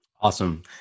Awesome